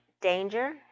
danger